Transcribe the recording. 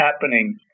happening